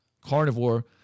carnivore